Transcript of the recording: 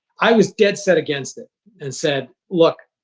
i was dead set against it and said, look.